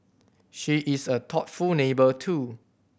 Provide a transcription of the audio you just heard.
she is a thoughtful neighbour too